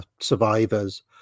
survivors